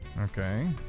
Okay